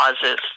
causes